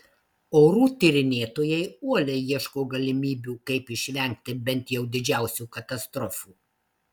orų tyrinėtojai uoliai ieško galimybių kaip išvengti bent jau didžiausių katastrofų